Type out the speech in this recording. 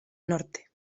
norte